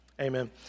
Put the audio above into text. Amen